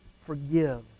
forgive